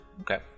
okay